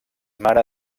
mare